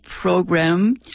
program